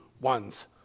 ones